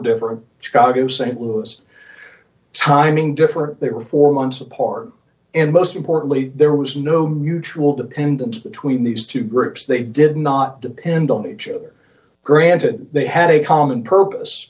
different to st louis timing differ they were four months apart and most importantly there was no mutual dependence between these two groups they did not depend on each other granted they had a common purpose